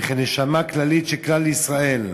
וכן "נשמה כללית של כלל ישראל,